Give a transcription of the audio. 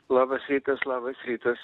labas rytas labas rytas